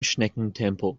schneckentempo